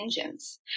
engines